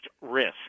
risk